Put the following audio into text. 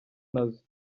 nazo